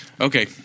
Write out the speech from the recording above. okay